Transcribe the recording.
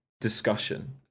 discussion